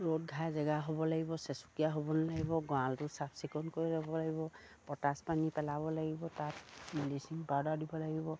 ৰ'দ ঘাই জেগা হ'ব লাগিব চেচুকীয়া হ'ব নালাগিব গঁৰালটো চাফ চিকুণ কৰি ল'ব লাগিব পটাচ পানী পেলাব লাগিব তাত মেডিচিন পাউডাৰ দিব লাগিব